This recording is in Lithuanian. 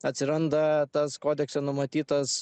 atsiranda tas kodekse numatytas